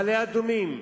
מעלה-אדומים,